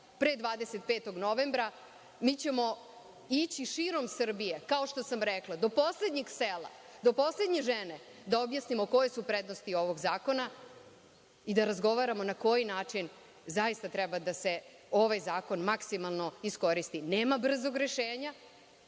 pre 25. novembra, mi ćemo ići širom Srbije, kao što sam rekla, do poslednjeg sela, do poslednje žene da objasnimo koje su prednosti ovog zakona i da razgovaramo na koji način zaista treba da se ovaj zakon maksimalno iskoristi. Nema brzog rešenja,